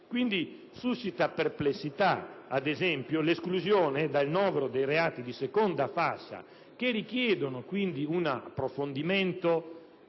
Quindi, suscita perplessità, ad esempio, l'esclusione dal novero dei reati di seconda fascia - che richiedono un approfondimento